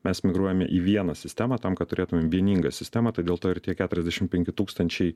mes migruojame į vieną sistemą tam kad turėtumėm vieningą sistemą tai dėl to ir tie keturiasdešimt penki tūkstančiai